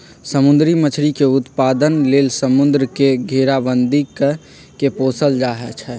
समुद्री मछरी के उत्पादन लेल समुंद्र के घेराबंदी कऽ के पोशल जाइ छइ